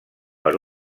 per